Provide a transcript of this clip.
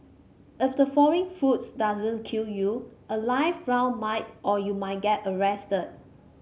if the falling fruit doesn't kill you a live round might or you might get arrested